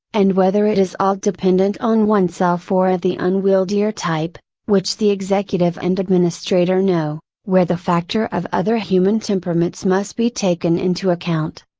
and whether it is all dependent on oneself or of the unwieldier type, which the executive and administrator know, where the factor of other human temperaments must be taken into account.